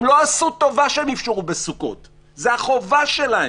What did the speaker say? הם לא עשו טובה שהם איפשרו בסוכות, זו החובה שלהם.